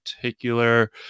particular